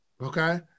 Okay